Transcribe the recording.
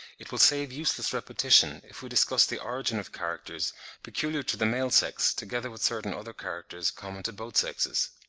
it will save useless repetition if we discuss the origin of characters peculiar to the male sex together with certain other characters common to both sexes.